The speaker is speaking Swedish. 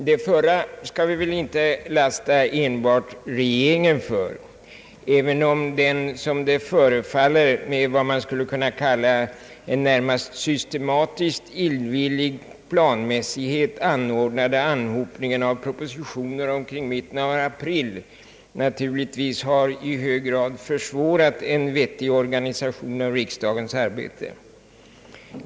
Det förra skall vi väl inte lasta enbart regeringen för, även om den, som det förefaller, med vad man skulle kunna kalla en närmast systematiskt illvillig planmässighet anordnade anhopningen av propositioner omkring mitten av april, naturligtvis i hög grad har försvårat en vettig organisation av riksdagens arbete.